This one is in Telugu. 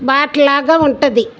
బాట లాగా ఉంటుంది